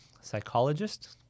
psychologist